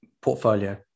portfolio